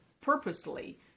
purposely